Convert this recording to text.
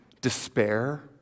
despair